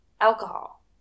alcohol